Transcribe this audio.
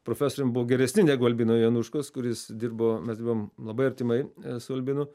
profesorium buvo geresni negu albino januškos kuris dirbo mes dirbom labai artimai su albinu